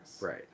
Right